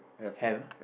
have